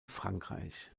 frankreich